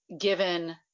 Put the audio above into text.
given